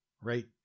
right